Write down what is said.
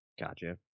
Gotcha